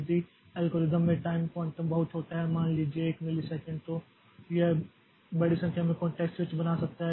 यदि एल्गोरिथ्म में time quantum बहुत छोटा है मान लीजिये 1 मिलीसेकंड तो यह बड़ी संख्या में कॉंटेक्स्ट स्विच बना सकता है